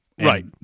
Right